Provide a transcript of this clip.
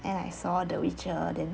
then I saw the witcher then